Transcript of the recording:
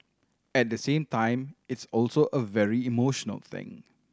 at the same time it's also a very emotional thing